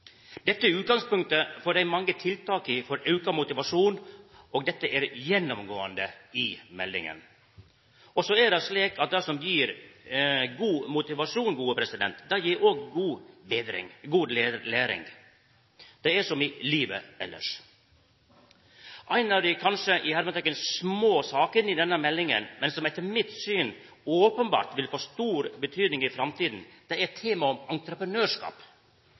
dei mange tiltaka for auka motivasjon, og dette er gjennomgåande i meldinga. Så er det slik at det som gir god motivasjon, òg gir god læring. Det er som i livet elles. Ei av dei kanskje «små» sakene i denne meldinga, men som etter mitt syn openbert vil få stor betyding i framtida, er temaet om entreprenørskap.